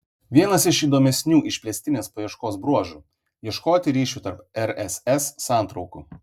vienas iš įdomesnių išplėstinės paieškos bruožų ieškoti ryšių tarp rss santraukų